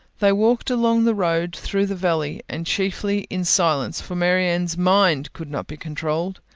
they walked along the road through the valley, and chiefly in silence, for marianne's mind could not be controlled,